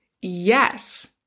yes